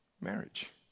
marriage